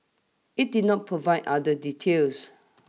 it did not provide other details